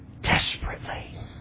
desperately